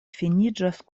finiĝas